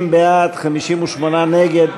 60 בעד, 58 נגד.